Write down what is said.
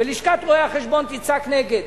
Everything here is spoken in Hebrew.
ולשכת רואי-החשבון תצעק נגד,